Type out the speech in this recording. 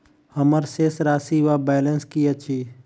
हम्मर शेष राशि वा बैलेंस की अछि?